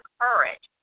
courage